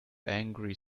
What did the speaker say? angry